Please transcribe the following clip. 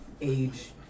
age